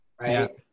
right